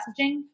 messaging